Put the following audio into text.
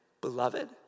Beloved